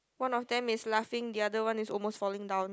one of them is laughing the other one is almost falling down